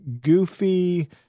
goofy